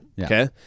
Okay